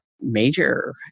major